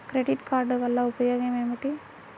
Credit card వల్ల ఉపయోగం ఏమిటీ?